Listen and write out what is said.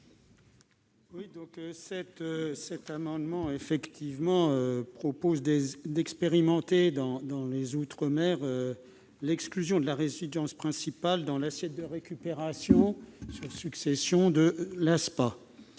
de la commission ? Il est proposé d'expérimenter dans les outre-mer l'exclusion de la résidence principale de l'assiette de récupération sur succession de l'ASPA.